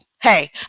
Hey